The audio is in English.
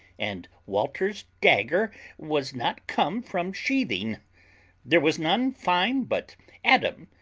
and walter's dagger was not come from sheathing there was none fine but adam,